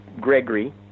Gregory